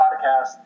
podcast